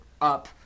up